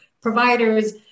providers